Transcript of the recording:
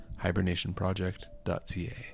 hibernationproject.ca